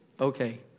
Okay